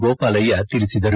ಗೋಪಾಲಯ್ಯ ತಿಳಿಸಿದರು